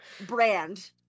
brand